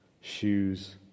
Shoes